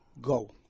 go